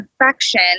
infection